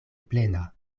plena